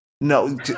No